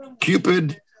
Cupid